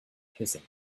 hissing